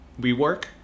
WeWork